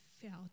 felt